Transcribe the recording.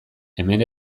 hemen